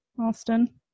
Austin